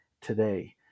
today